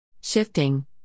shifting